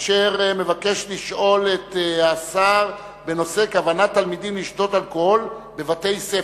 אשר מבקש לשאול את השר בנושא כוונת תלמידים לשתות אלכוהול בבתי-ספר.